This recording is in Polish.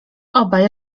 obaj